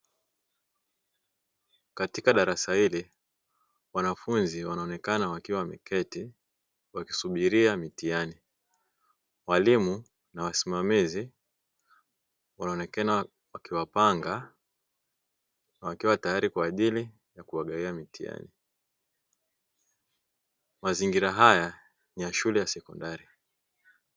Katika darasa hili wanafunzi wanaonekana wakiwa wameketi wakisubiria mitihani. Walimu na wasimamizi wanaonekana wakiwapanga wakiwa tayari kwa ajili ya kuwagawia mitihani. Mazingira haya ni ya shule ya sekondari.